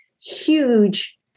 huge